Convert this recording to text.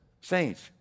saints